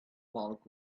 bulk